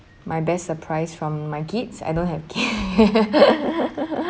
my best surprise from my kids I don't have ki~